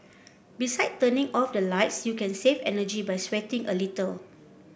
beside turning off the lights you can save energy by sweating a little